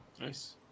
Nice